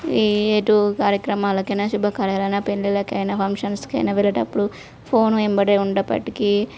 ఈ ఎటూ కార్యక్రమాలు అయినా శుభకార్యాలు అయినా పెళ్ళిళ్ళు అయినా ఫంక్షన్స్ అయినా వెళ్ళే అప్పుడు ఫోను వెంబడి ఉండప్పటికీ